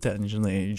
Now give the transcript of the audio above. ten žinai